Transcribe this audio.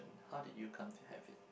how did you come to have it